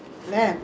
mmhmm